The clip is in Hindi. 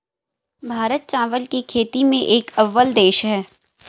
भारत चावल की खेती में एक अव्वल देश है